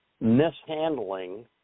mishandling